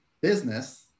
business